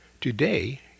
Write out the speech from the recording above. Today